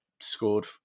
scored